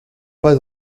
pas